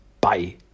bye